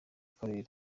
karere